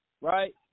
right